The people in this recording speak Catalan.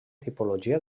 tipologia